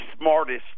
smartest